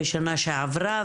בשנה שעברה,